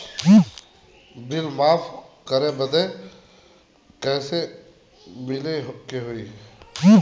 Bill माफ करे बदी कैसे मिले के होई?